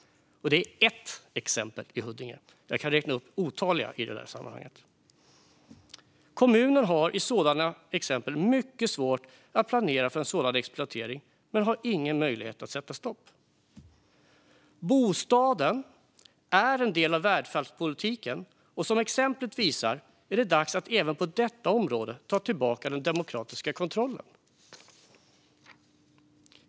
Detta är ett exempel på utvecklingen i Huddinge kommun. Jag kan räkna upp otaliga. Kommunen har i sådana exempel mycket svårt att planera för en sådan exploatering men har ingen möjlighet att sätta stopp. Bostaden är en del av välfärdspolitiken, och som exemplet visar är det dags att även på detta område ta tillbaka den demokratiska kontrollen.